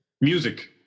music